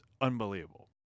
unbelievable